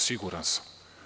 Siguran sam.